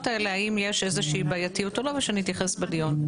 האלה האם יש בעייתיות או לא ושנתייחס בדיון.